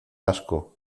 asco